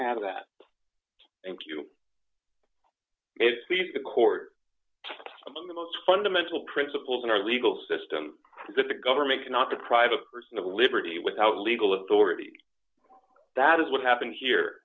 have that thank you the court among the most fundamental principles in our legal system that the government cannot deprive a person of liberty without legal authority that is what happened here